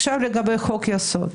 לגבי חוק יסוד.